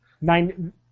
Nine